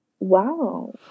wow